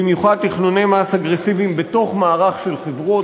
במיוחד תכנוני מס אגרסיביים בתוך מערך של חברות,